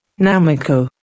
Namiko